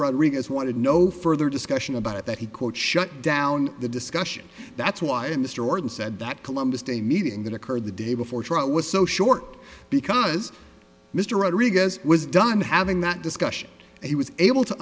rodriguez wanted no further discussion about it that he quote shut down the discussion that's why in the store and said that columbus day meeting that occurred the day before trial was so short because mr rodriguez was done having that discussion he was able to